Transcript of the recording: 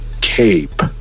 cape